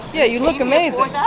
yeah you look amazing well, yeah